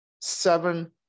seven